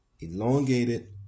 elongated